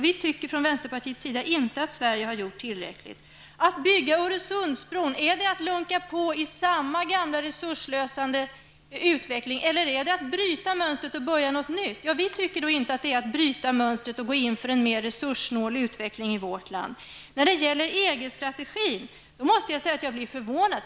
Vi i vänsterpartiet tycker inte att Sverige har gjort tillräckligt. Att bygga Öresundsbron, är det att lunka på i samma gamla resursslösande utveckling eller är det att bryta mönstret och börja något nytt? Vi tycker inte att det är att bryta mönstret och gå in för en mer resurssnål utveckling i vårt land. På tal om EG-strategin måste jag säga att jag blir förvånad.